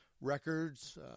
Records